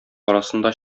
арасында